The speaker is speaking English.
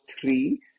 three